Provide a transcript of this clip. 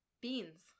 Beans